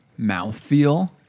mouthfeel